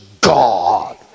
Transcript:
God